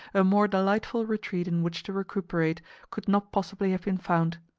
a more delightful retreat in which to recuperate could not possibly have been found.